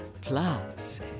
Plus